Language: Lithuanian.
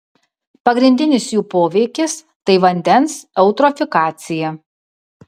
pagrindinis jų poveikis tai vandens eutrofikacija